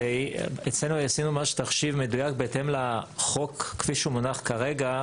אצלנו עשינו ממש תחשיב מדויק בהתאם לחוק כפי שהוא מונח כרגע,